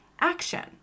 action